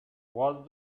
was